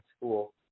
school